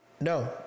No